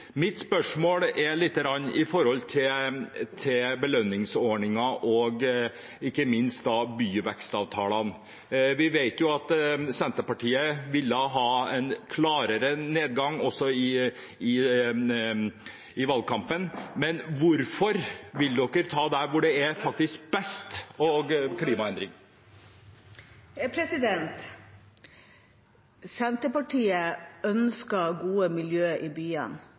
Mitt spørsmål gjelder belønningsordningen og ikke minst byvekstavtalene. Vi vet at Senterpartiet også i valgkampen ville ha en klarere nedgang, men hvorfor vil de ta der det er best med hensyn til klimaendring? Senterpartiet ønsker gode miljø i byene,